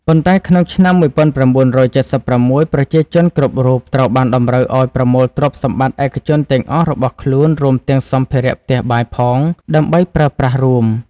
ប៉ុន្តែក្នុងឆ្នាំ១៩៧៦ ប្រជាជនគ្រប់រូប ត្រូវបានតម្រូវឱ្យប្រមូលទ្រព្យសម្បត្តិឯកជនទាំងអស់របស់ខ្លួន រួមទាំងសម្ភារៈផ្ទះបាយផង ដើម្បីប្រើប្រាស់រួម ។